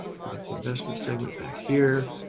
forget the investment segment back here.